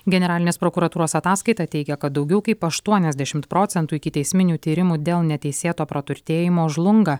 generalinės prokuratūros ataskaita teigia kad daugiau kaip aštuoniasdešimt procentų ikiteisminių tyrimų dėl neteisėto praturtėjimo žlunga